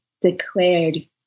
declared